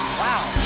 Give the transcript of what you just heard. wow.